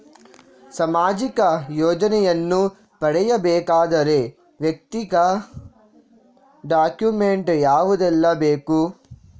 ಸಾಮಾಜಿಕ ಯೋಜನೆಯನ್ನು ಪಡೆಯಬೇಕಾದರೆ ವೈಯಕ್ತಿಕ ಡಾಕ್ಯುಮೆಂಟ್ ಯಾವುದೆಲ್ಲ ಬೇಕು?